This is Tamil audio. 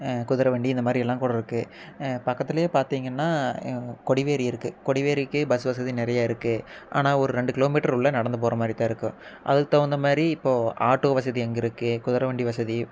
குதிர வண்டி இந்த மாதிரியெல்லாம் கூட இருக்கு பக்கத்துலையே பார்த்திங்கன்னா கொடிவேரி இருக்கு கொடிவேரிக்கு பஸ் வசதி நிறைய இருக்கு ஆனால் ஒரு ரெண்டு கிலோ மீட்டரு உள்ளே நடந்து போகற மாரி தான் இருக்கும் அதுக்கு தகுந்த மாதிரி இப்போ ஆட்டோ வசதி அங்கே இருக்கு குதிர வண்டி வசதி